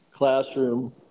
classroom